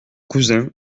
cousin